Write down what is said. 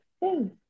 hey